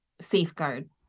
safeguard